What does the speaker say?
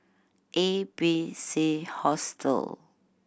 A B C Hostel